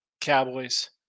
Cowboys